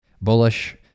bullish